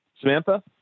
Samantha